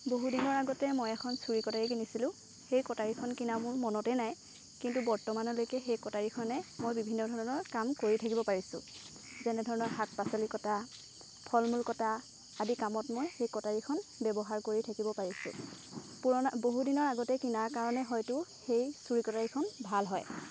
বহু দিনৰ আগতে মই এখন চুৰী কটাৰী কিনিছিলোঁ সেই কটাৰীখন কিনা মোৰ মনতেই নাই কিন্তু বৰ্তমানলৈকে সেই কটাৰীখনে মই বিভিন্ন ধৰণৰ কাম কৰি থাকিব পাৰিছোঁ যেনে ধৰণৰ শাক পাচলি কটা ফল মূল কটা আদি কামত মই সেই কটাৰীখন ব্যৱহাৰ কৰি থাকিব পাৰিছোঁ পুৰণা বহুদিনৰ আগতেই কিনাৰ কাৰণে হয়তু সেই চুৰী কটাৰীখন ভাল হয়